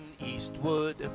Eastwood